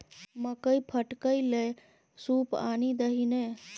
मकई फटकै लए सूप आनि दही ने